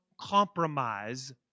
compromise